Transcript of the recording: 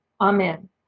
amen